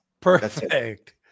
Perfect